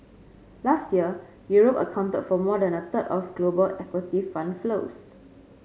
last year Europe accounted for more than a third of global equity fund flows